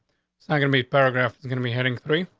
it's not gonna be paragraph is gonna be heading three